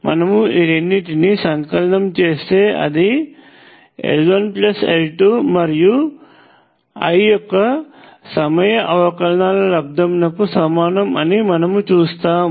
మనము ఈ రెండింటిని సంకలనం చేస్తే అది L1 L2 మరియు I యొక్క సమయ అవకలనాల లబ్దమునకు సమానము అని మనము చూస్తాము